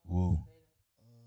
Woo